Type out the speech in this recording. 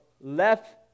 left